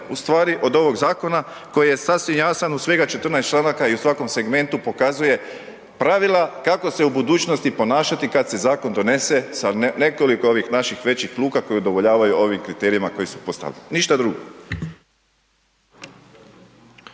u stvari od ovog zakona koji je sasvim jasan u svega 14 članaka i u svakom segmentu pokazuje pravila kako se u budućnosti ponašati kad se zakon donese sa nekoliko ovih naših većih luka koji udovoljavaju ovim kriterijima koji su postavljeni, ništa drugo.